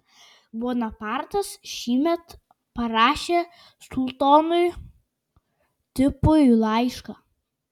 bonapartas šįmet parašė sultonui tipui laišką